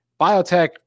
biotech